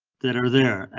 that are there.